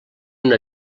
una